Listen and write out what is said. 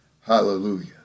Hallelujah